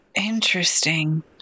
Interesting